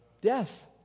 Death